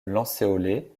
lancéolées